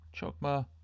Chokma